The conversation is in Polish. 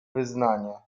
wyznanie